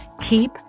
Keep